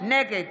נגד